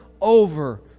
over